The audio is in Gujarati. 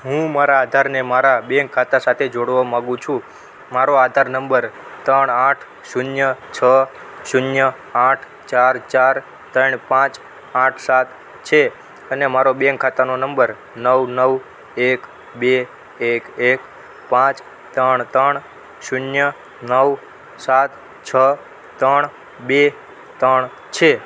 હું મારા આધારને મારા બેંક ખાતા સાથે જોડવા માંગુ છું મારો આધાર નંબર ત્રણ આઠ શૂન્ય છ શૂન્ય આઠ ચાર ચાર ત્રણ પાંચ આઠ સાત છે અને મારો બેંક ખાતાનો નંબર નવ નવ એક બે એક એક પાંચ ત્રણ ત્રણ શૂન્ય નવ સાત છ ત્રણ બે ત્રણ છે